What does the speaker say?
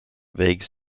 vague